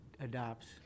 adopts